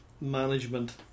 management